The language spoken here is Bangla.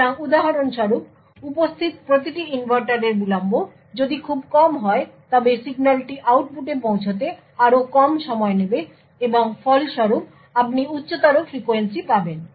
সুতরাং উদাহরণস্বরূপ উপস্থিত প্রতিটি ইনভার্টারের বিলম্ব যদি খুব কম হয় তবে সিগন্যালটি আউটপুটে পৌঁছতে আরও কম সময় নেবে এবং ফলস্বরূপ আপনি উচ্চতর ফ্রিকোয়েন্সি পাবেন